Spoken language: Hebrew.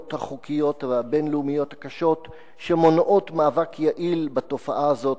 החוקיות והבין-לאומיות הקשות שמונעות מאבק יעיל בתופעה הזאת,